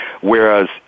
Whereas